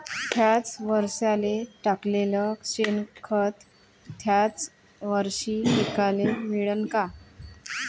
थ्याच वरसाले टाकलेलं शेनखत थ्याच वरशी पिकाले मिळन का?